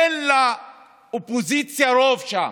אין לאופוזיציה רוב שם.